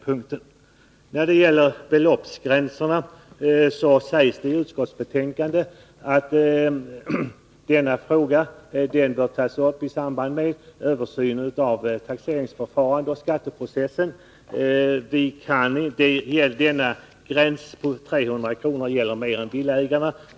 Onsdagen den I utskottsbetänkandet sägs att frågan om beloppsgränserna bör tas upp i 17 november 1982 samband med översynen av taxeringsförfarandet och skatteprocessen, Gränsen på 300 kr. gäller fler än villaägarna.